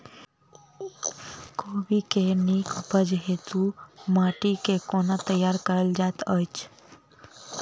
कोबी केँ नीक उपज हेतु माटि केँ कोना तैयार कएल जाइत अछि?